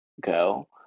go